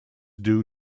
due